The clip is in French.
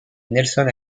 nelson